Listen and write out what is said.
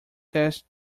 test